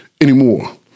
anymore